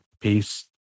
peace